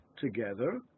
together